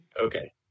Okay